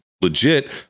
legit